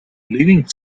leaving